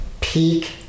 peak